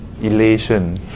elation